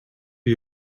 you